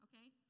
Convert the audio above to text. okay